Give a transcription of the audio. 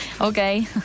Okay